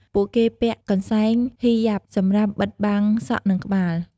ពួកគេពាក់ កន្សែងហីយ៉ាប់ (Hijab) សម្រាប់បិទបាំងសក់ និងក្បាល។